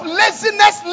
laziness